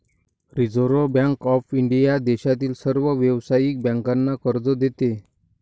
reserve Bank of India देशातील सर्व व्यावसायिक बँकांना कर्ज देते